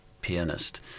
pianist